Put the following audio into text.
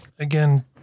Again